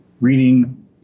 reading